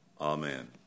Amen